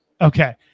Okay